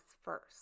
first